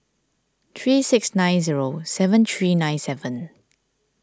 three six nine zero seven three nine seven